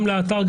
גם לאתר,